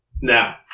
Now